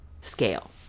scale